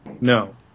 No